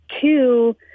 Two